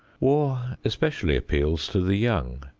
war especially appeals to the young.